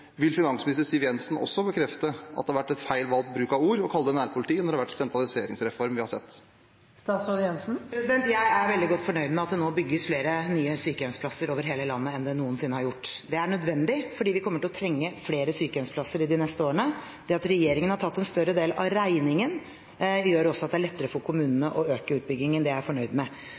Vil finansminister Siv Jensen også bekrefte at det har vært feil bruk av ord å kalle det nærpoliti når det har vært en sentraliseringsreform vi har sett? Jeg er veldig godt fornøyd med at det nå bygges flere nye sykehjemsplasser over hele landet enn det noensinne har blitt gjort. Det er nødvendig, for vi kommer til å trenge flere sykehjemsplasser de neste årene. Det at regjeringen har tatt en større del av regningen, gjør også at det er lettere for kommunene å øke utbyggingen. Det er jeg fornøyd med. Når det gjelder skatte- og avgiftspolitikken, har denne regjeringen redusert skatter og avgifter med